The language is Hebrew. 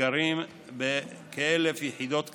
הגרים בכ-1,000 יחידות קצה,